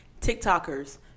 TikTokers